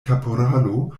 kaporalo